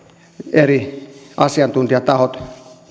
eri asiantuntijatahot